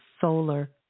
solar